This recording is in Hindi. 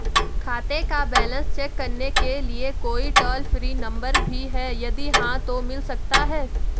खाते का बैलेंस चेक करने के लिए कोई टॉल फ्री नम्बर भी है यदि हाँ तो मिल सकता है?